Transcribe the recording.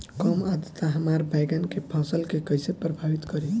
कम आद्रता हमार बैगन के फसल के कइसे प्रभावित करी?